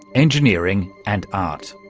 engineering and art.